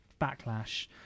backlash